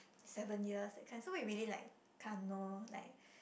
seven years that kind so we really like kinda know like